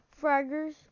fraggers